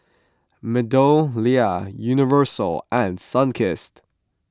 MeadowLea Universal and Sunkist